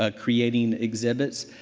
ah creating exhibits.